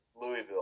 Louisville